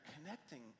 connecting